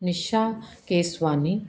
Nisha Keswani